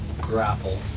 grapple